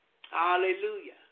Hallelujah